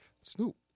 Snoop